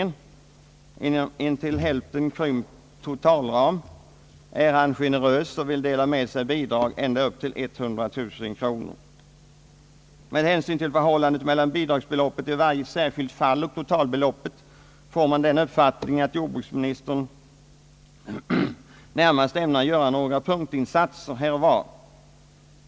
Inom en till hälften krympt totalram är han generös och vill dela med sig bidrag ända upp till 100 000 kronor. Med hänsyn till förhållandet mellan bidragsbeloppet i varje särskilt fall och totalbeloppet får man den uppfattningen, att jordbruksministern här närmast ämnar göra någ ra punktinsatser här och var.